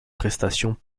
prestations